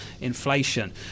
inflation